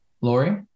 Lori